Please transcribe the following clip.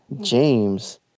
James